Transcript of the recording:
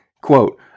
Quote